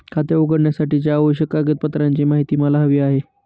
खाते उघडण्यासाठीच्या आवश्यक कागदपत्रांची माहिती मला हवी आहे